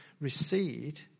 recede